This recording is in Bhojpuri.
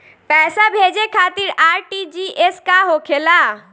पैसा भेजे खातिर आर.टी.जी.एस का होखेला?